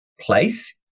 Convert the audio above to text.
place